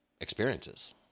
experiences